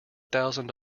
thousand